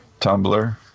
Tumblr